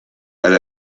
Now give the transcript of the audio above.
elle